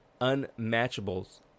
unmatchables